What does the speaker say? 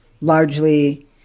largely